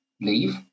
leave